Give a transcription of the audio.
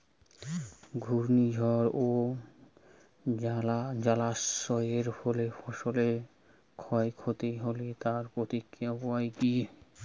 ঘূর্ণিঝড় ও জলোচ্ছ্বাস এর ফলে ফসলের ক্ষয় ক্ষতি হলে তার প্রতিকারের উপায় কী?